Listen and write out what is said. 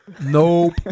Nope